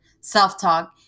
self-talk